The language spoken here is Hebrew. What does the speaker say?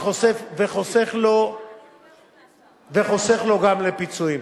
וחוסך לו גם לפיצויים.